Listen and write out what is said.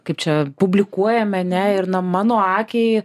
kaip čia publikuojami ane ir na mano akiai